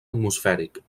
atmosfèric